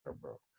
bro